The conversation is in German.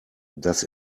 das